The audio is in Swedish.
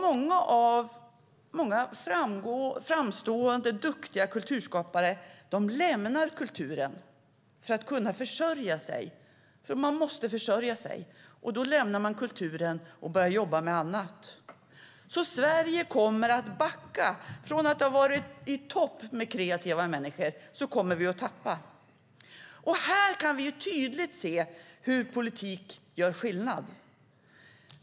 Många framstående och duktiga kulturskapare lämnar kulturen för att kunna försörja sig. De måste ju försörja sig, och då lämnar de kulturen och börjar jobba med annat. Sverige kommer att backa. Från att ha varit i topp när det gäller kreativa människor kommer vi att tappa många. Här kan vi tydligt se hur politik gör skillnad.